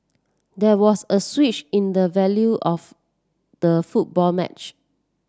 there was a switch in the value of the football match